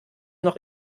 noch